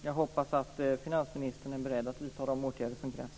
Jag hoppas att finansministern är beredd att vidta de åtgärder som krävs.